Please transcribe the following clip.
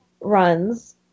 runs